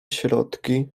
środki